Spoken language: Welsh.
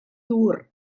ddŵr